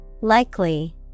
Likely